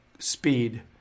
Speed